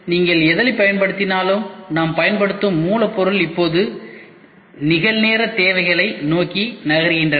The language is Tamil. நீங்கள் எதைப் பயன்படுத்தினாலும் நாம் பயன்படுத்தும் மூலப்பொருள் இப்போது நிகழ்நேர தேவைகளை நோக்கி நகர்கின்றன